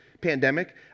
pandemic